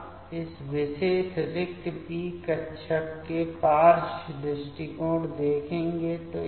अब हम इस विशेष रिक्त p कक्षक का पार्श्व दृष्टिकोण देखेंगे